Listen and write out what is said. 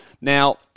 Now